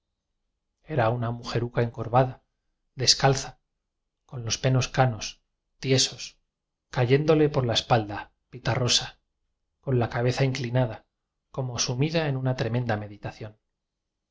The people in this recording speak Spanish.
era una mujeruca encorvada descalza con los pelos canos tiesos cayéndole por la espalda pitarrosa con la cabeza inclinada como sumida en una tremenda meditación